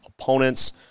opponents